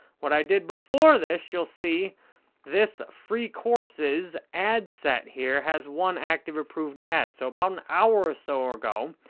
what i did before this, you'll see this free courses ad set here has one active approved ad. so, about an hour so or so ago,